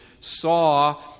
saw